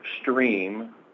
stream